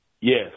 Yes